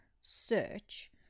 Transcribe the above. search